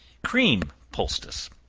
cream poultice.